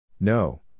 No